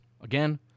again